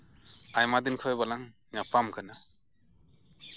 ᱟᱭᱢᱟ ᱫᱤᱱ ᱠᱷᱚᱡ ᱵᱟᱞᱟᱝ ᱧᱟᱯᱟᱢ ᱠᱟᱱᱟ